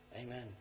Amen